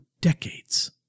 Decades